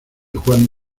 juan